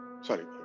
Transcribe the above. Sorry